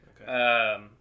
Okay